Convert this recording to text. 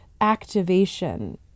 activation